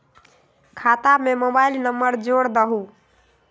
खाता में mobile number जोड़ दहु?